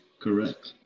Correct